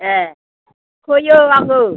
ए होयो आङो